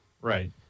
Right